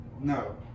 No